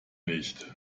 nicht